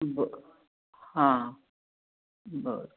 बरं हां बरं